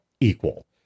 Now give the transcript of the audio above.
equal